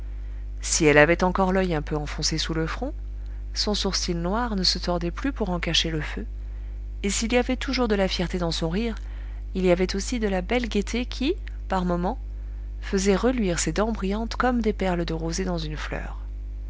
si elle avait encore l'oeil un peu enfoncé sous le front son sourcil noir ne se tordait plus pour en cacher le feu et s'il y avait toujours de la fierté dans son rire il y avait aussi de la belle gaieté qui par moments faisait reluire ses dents brillantes comme des perles de rosée dans une fleur